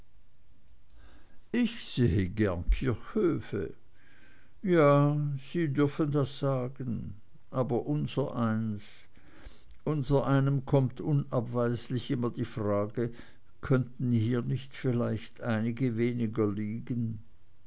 ich sehe gern kirchhöfe ja sie dürfen das sagen aber unsereins unsereinem kommt unabweislich immer die frage könnten hier nicht vielleicht einige weniger liegen